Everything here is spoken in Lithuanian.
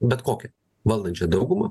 bet kokią valdančią daugumą